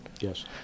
Yes